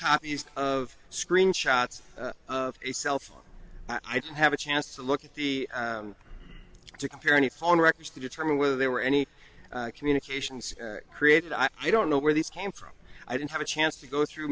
photocopies of screenshots of a cell phone i don't have a chance to look at the to compare any phone records to determine whether there were any communications created i don't know where these came from i didn't have a chance to go through